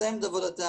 מסיימת את עבודתה.